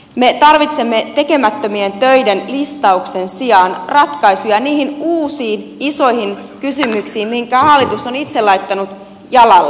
me tarvitsemme tekemättömien töiden listauksen sijaan ratkaisuja niihin uusiin isoihin kysymyksiin mitkä hallitus on itse laittanut jalalle